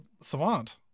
Savant